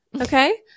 okay